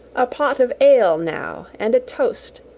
a pot of ale now and a toast,